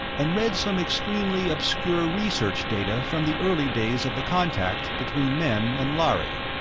and read some extremely obscure research data from the early days of the contact between men and lhari,